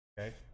Okay